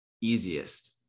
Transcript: easiest